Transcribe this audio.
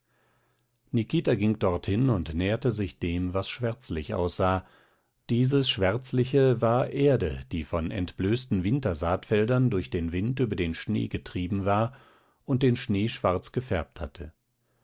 nikita ging dorthin und näherte sich dem was schwärzlich aussah dieses schwärzliche war erde die von entblößten wintersaatfeldern durch den wind über den schnee getrieben war und den schnee schwarz gefärbt hatte